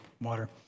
water